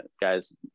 guys